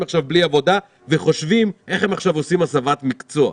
עכשיו ללא עבודה וחושבים איך הם עושים עכשיו הסבת מקצוע.